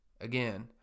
again